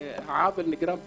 העוול נגרם פעמיים.